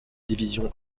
divisions